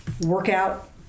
workout